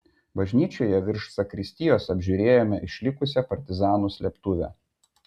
bažnyčioje virš zakristijos apžiūrėjome išlikusią partizanų slėptuvę